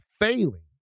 failing